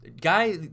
Guy